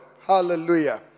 Hallelujah